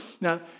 Now